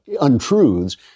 untruths